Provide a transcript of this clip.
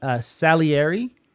Salieri